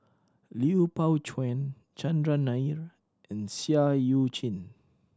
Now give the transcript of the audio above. Lui Pao Chuen Chandran Nair and Seah Eu Chin